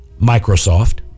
Microsoft